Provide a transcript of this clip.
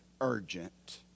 urgent